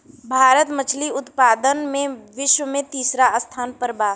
भारत मछली उतपादन में विश्व में तिसरा स्थान पर बा